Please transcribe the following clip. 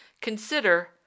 consider